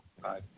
Bye